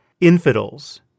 infidels